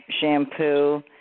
shampoo